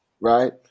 right